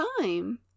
time